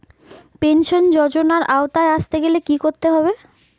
Pension যজোনার আওতায় আসতে গেলে কি করতে হবে?